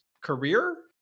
career